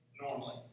Normally